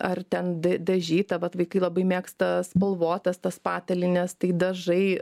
ar ten dažyta vat vaikai labai mėgsta spalvotas tas patalynės tai dažai